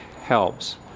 helps